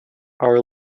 our